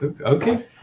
okay